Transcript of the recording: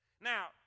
Now